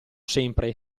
sempre